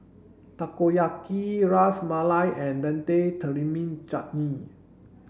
Takoyaki Ras Malai and Tamarind Chutney